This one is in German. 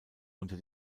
unter